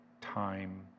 time